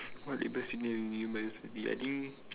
what labels do you think you might ya I think